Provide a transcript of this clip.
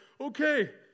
okay